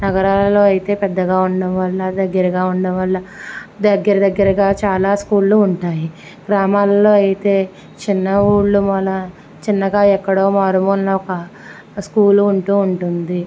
నగరాలలో అయితే పెద్దగా ఉండటం వల్ల దగ్గరగా ఉండటం వల్ల దగ్గర దగ్గరగా చాలా స్కూళ్ళు ఉంటాయి గ్రామాలలో అయితే చిన్న ఊళ్ళు మూలన చిన్నగా ఎక్కడో మారుమూలన ఒక స్కూల్ ఉంటు ఉంటుంది